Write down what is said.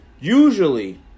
usually